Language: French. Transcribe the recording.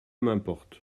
m’importe